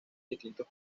distintos